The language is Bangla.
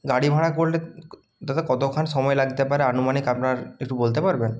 গাড়ি ভাড়া করলে দাদা কতক্ষণ সময় লাগতে পারে আনুমানিক আপনার একটু বলতে পারবেন